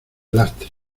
lastre